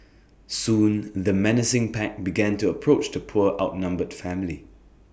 soon the menacing pack began to approach the poor outnumbered family